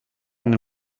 nel